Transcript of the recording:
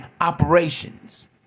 operations